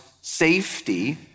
safety